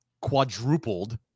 quadrupled